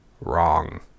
wrong